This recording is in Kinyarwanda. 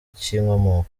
cy’inkomoko